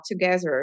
together